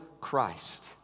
Christ